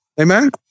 amen